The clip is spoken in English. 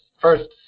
first